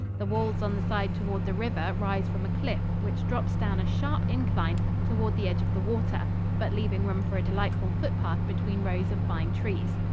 the walls on the side toward the river rise from a cliff which drops down a sharp incline toward the edge of the water but leaving room for a delightful foot path between rows of fine trees.